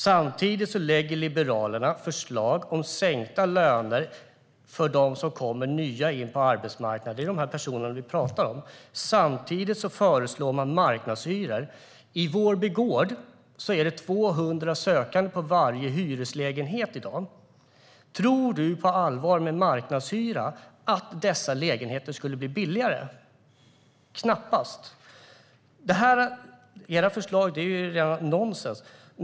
Samtidigt lägger Liberalerna fram förslag om sänkta löner för dem som kommer nya in på arbetsmarknaden. Det är dessa personer vi talar om. Samtidigt föreslår man marknadshyror. I Vårby Gård är det 200 sökande på varje hyreslägenhet i dag. Tror du på allvar att dessa lägenheter skulle bli billigare med marknadshyra? Knappast. Era förslag är rent nonsens.